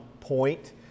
point